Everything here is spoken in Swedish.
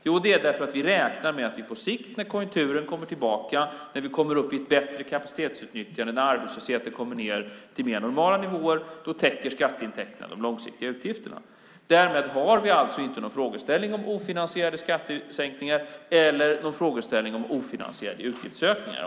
Det kan man hävda därför att vi räknar med att skatteintäkterna på sikt, när konjunkturen kommer tillbaka, när vi kommer upp i ett bättre kapacitetsutnyttjande och när arbetslösheten kommer ned till mer normala nivåer, kommer att täcka de långsiktiga utgifterna. Därmed har vi inte någon frågeställning om ofinansierade skattesänkningar eller någon frågeställning om ofinansierade utgiftsökningar.